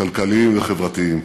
כלכליים וחברתיים.